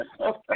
Okay